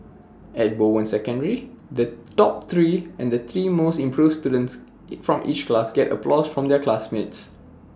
at Bowen secondary the top three and the three most improved students from each class got applause from their classmates